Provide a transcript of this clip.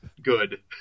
good